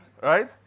Right